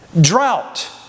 Drought